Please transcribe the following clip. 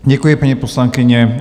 Děkuji, paní poslankyně.